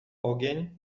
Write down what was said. ogień